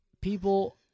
people